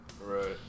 Right